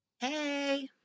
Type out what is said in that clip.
hey